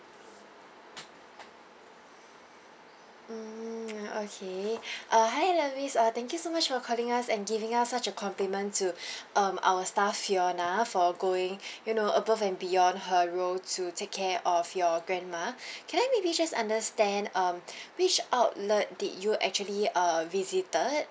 mm ya okay uh hi alarise uh thank you so much for calling us and giving us such a compliment to um our staff fiona for going you know above and beyond her role to take care of your grandma can I maybe just understand um which outlet did you actually uh visited